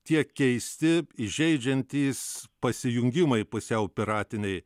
tie keisti įžeidžiantys pasijungimai pusiau piratiniai